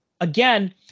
again